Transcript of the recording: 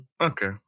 Okay